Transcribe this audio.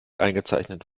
eingezeichnet